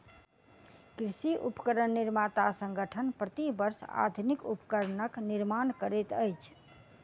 कृषि उपकरण निर्माता संगठन, प्रति वर्ष आधुनिक उपकरणक निर्माण करैत अछि